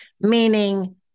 meaning